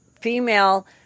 female